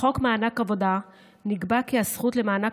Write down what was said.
ובחוק מענק עבודה נקבע כי הזכות למענק